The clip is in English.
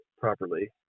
properly